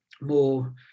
more